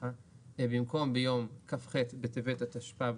במקום ״ביום כ״ח בטבת התשפ״ב